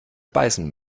beißen